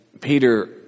Peter